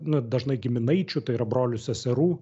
na dažnai giminaičių tai yra brolių seserų